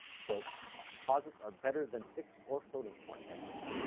so posits are better than fixed or floating-point at this.